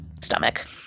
stomach